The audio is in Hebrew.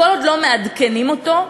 כל עוד לא מעדכנים אותו,